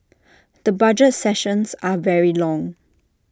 the budget sessions are very long